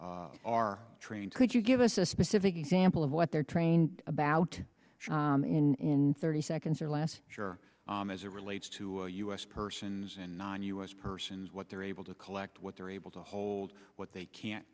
reps are trained could you give us a specific example of what they're trained about in thirty seconds or less sure as it relates to u s persons and non u s persons what they're able to collect what they're able to hold what they can